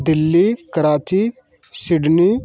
Delhi Karachi Sydney